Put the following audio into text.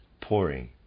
pouring